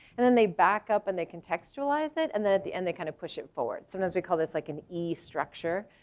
and then they back up and they contextualize it, and then at the end, they kind of push it forward. sometimes we call this like an e structure,